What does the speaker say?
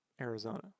Arizona